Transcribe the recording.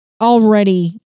already